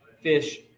fish